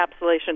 encapsulation